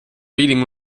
reading